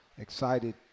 Excited